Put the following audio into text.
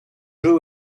jeux